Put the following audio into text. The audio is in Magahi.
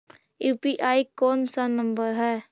यु.पी.आई कोन सा नम्बर हैं?